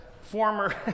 former